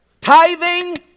Tithing